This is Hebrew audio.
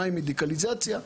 מהי מדיקליזציה?